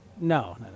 No